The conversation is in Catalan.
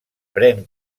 pren